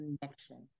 connection